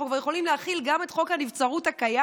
כבר יכולים להחיל גם את חוק הנבצרות הקיים,